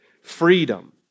freedom